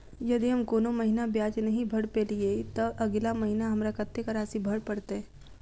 यदि हम कोनो महीना ब्याज नहि भर पेलीअइ, तऽ अगिला महीना हमरा कत्तेक राशि भर पड़तय?